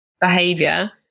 behavior